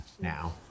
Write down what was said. now